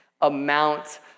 amount